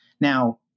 Now